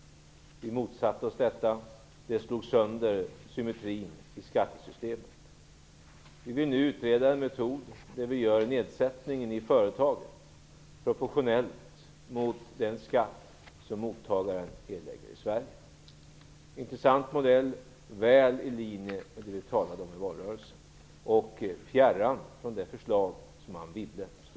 Vi motsatte oss detta, eftersom det slog sönder symmetrin i skattesystemet. Vi vill nu utreda en metod, där vi gör nedsättningen i företaget proportionellt mot den skatt som mottagaren erlägger i Sverige. Det är en intressant modell som ligger väl i linje med det som vi talade om i valrörelsen och fjärran från det förslag som Anne Wibble stod för.